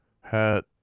hat